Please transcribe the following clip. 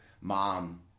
mom